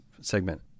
segment